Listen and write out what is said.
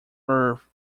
earth